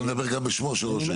אתה מדבר גם בשמו של ראש העיר?